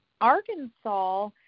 Arkansas